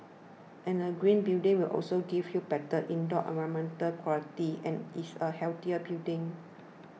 and a green building will also give you better indoor environmental quality and is a healthier building